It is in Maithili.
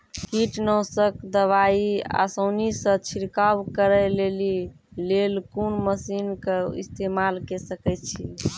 कीटनासक दवाई आसानीसॅ छिड़काव करै लेली लेल कून मसीनऽक इस्तेमाल के सकै छी?